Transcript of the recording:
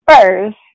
first